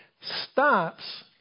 stops